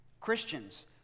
Christians